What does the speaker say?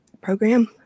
program